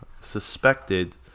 suspected